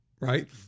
right